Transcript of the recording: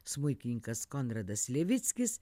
smuikininkas konradas levickis